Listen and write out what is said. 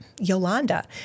Yolanda